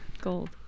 Gold